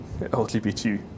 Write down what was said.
LGBT